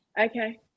Okay